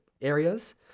areas